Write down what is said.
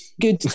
Good